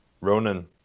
Ronan